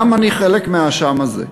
גם אני חלק מהאשם הזה,